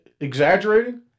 exaggerating